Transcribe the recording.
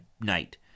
night